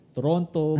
Toronto